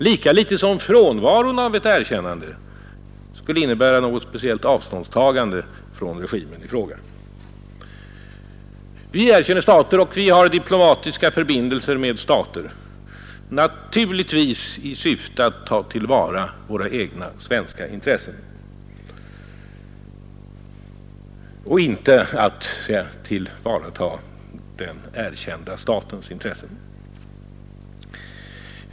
Lika litet som frånvaron av ett erkännande skulle innebära något avståndstagande från regimen i fråga. Vi erkänner stater och vi har diplomatiska förbindelser med stater naturligtvis i syfte att ta till vara våra egna svenska intressen och inte för att tillvarata den erkända statens intresse.